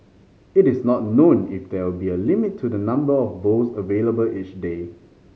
it is not known if there will be a limit to the number of bowls available each day